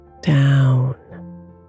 down